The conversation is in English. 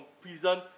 prison